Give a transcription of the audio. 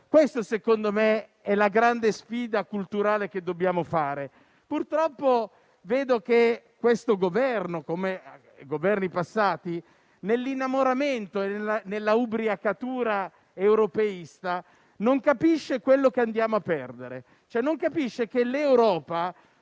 questa secondo me è la grande sfida culturale che dobbiamo affrontare. Purtroppo, vedo che questo Governo, come quelli passati, nell'innamoramento e nell'ubriacatura europeista, non capisce quello che andiamo a perdere. Non capisce che l'Europa,